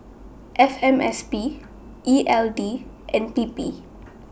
F M S P E L D and P P